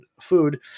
food